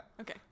Okay